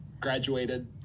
graduated